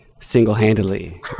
single-handedly